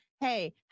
Hey